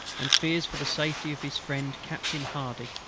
and fears for the safety of his friend captain hardy.